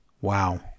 wow